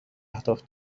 اهداف